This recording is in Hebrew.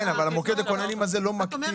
אבל מוקד הכוננים הזה הוא לא מקפיץ,